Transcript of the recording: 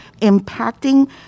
impacting